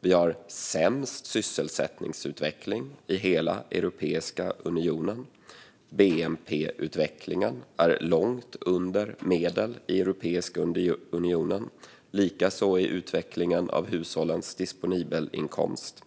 Vi har sämst sysselsättningsutveckling i hela Europeiska unionen. Bnp-utvecklingen är långt under medel i Europeiska unionen, liksom utvecklingen av hushållens disponibla inkomster.